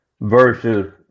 versus